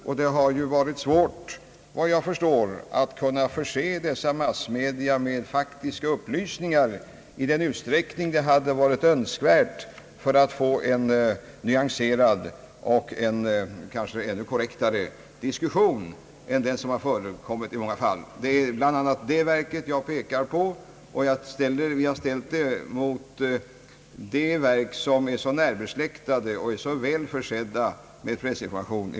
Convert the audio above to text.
Efter vad jag förstår har det varit svårt att kunna förse dessa massmedia med faktiska upplysningar i den utsträckning som hade varit önskvärd för att få en nyanserad och kanske ännu korrektare diskussion än den som i många fall har förekommit. Det gäller bl.a. det verk, som jag nyss har pekat på. Vi har jämfört det med de verk som är så närbesläktade och så väl försedda med pressinformation.